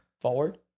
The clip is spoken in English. forward